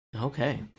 Okay